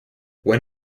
when